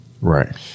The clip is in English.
Right